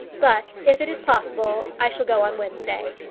but if it is possible i shall go on wednesday.